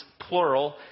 plural